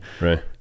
right